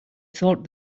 thought